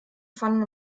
fanden